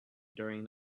during